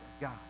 God